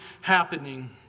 happening